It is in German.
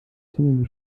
zunge